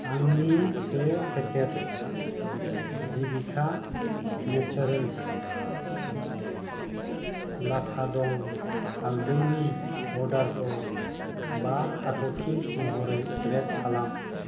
आंनि से packet Jeevika naturals लाक दं हालदैनि अर्डारखौ बा हाथरखि महरै रेट खालाम